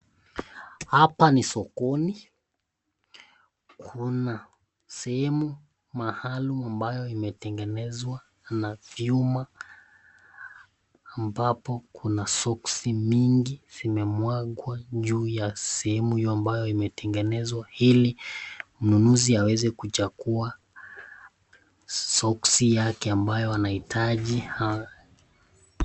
Hapa ni sokoni, kuna sehemu maalum ambayo imetengenezwa na vyuma, ambapo kuna soksi mingi zimemwangwa juu ya sehemu ambayo imetengenezwa , ili mnunuzi aweze kuchagua sokisi yake ambayo anahitaji.